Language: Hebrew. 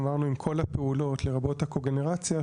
אמרנו עם כל הפעולות לרבות הקוגנרציה,